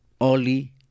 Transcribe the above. Oli